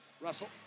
Russell